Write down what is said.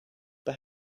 but